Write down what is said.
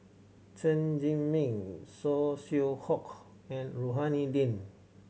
Chen Zhiming Saw Swee Hock and Rohani Din